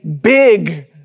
big